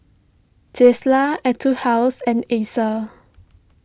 Tesla Etude House and Acer